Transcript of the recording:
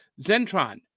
Zentron